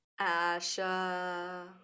ASHA